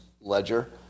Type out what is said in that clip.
ledger